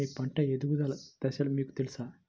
మీ పంట ఎదుగుదల దశలు మీకు తెలుసా?